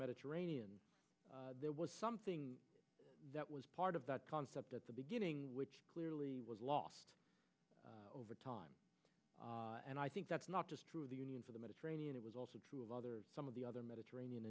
mediterranean there was something that was part of that concept at the beginning which clearly was lost over time and i think that's not true of the union for the mediterranean it was also true of other some of the other mediterranean